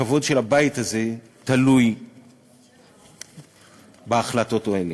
הכבוד של הבית הזה תלוי בהחלטות האלה.